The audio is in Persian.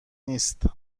نیست